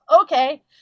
okay